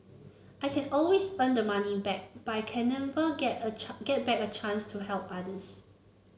I can always earn the money back but I can never get a get back a chance to help others